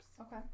Okay